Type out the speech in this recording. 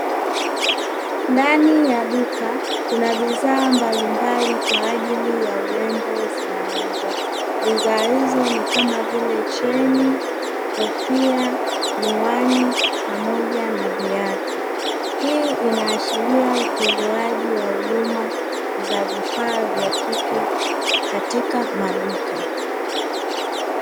Ndani ya duka kuna bidhaa mbalimbali kwa ajili ya urembo zinauzwa, bidhaa hizo ni kama vile cheni, kofia, miwani pamoja na viatu. Hii ina utolewaji wa huduma za vifaa vya kike katika maduka.